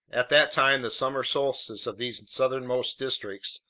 at that time, the summer solstice of these southernmost districts,